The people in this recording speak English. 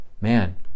man